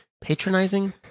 patronizing